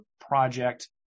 project